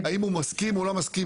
האם הוא מסכים או לא מסכים,